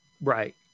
right